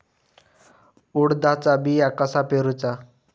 उडदाचा बिया कसा पेरूचा?